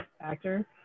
actor